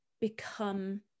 become